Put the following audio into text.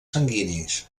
sanguinis